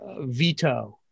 veto